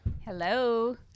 Hello